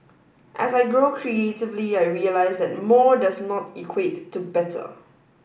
as I grow creatively I realise that more does not equate to better